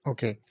Okay